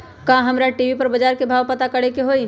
का हमरा टी.वी पर बजार के भाव पता करे के होई?